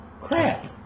Crap